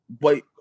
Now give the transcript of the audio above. wait